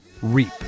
Reap